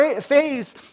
phase